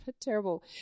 terrible